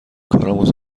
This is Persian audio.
کارآموز